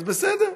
אז בסדר.